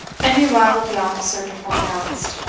and the arrival of the officer before announced,